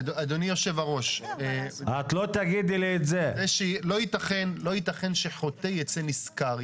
אדוני היושב-ראש, לא ייתכן שחוטא יצא נשכר.